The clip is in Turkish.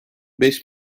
beş